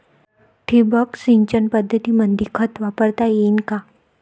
ठिबक सिंचन पद्धतीमंदी खत वापरता येईन का?